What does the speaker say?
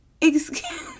excuse